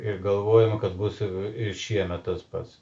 ir galvojome kad bus ir ir šiemet tas pats